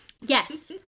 Yes